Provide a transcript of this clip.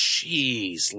Jeez